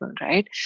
right